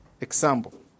example